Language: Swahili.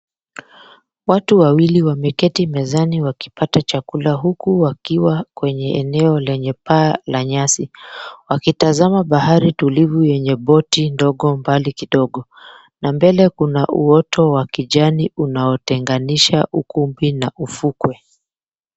Watu wawili wameketi mezani wakipata chakula huku wakiwa kwenye eneo lenye paa la nyasi, wakitazama bahari tulivu yenye boti ndogo mbali kidogo, na mbele kuna uoto wa kijani unaotenganisha ukumbi na ufukwe.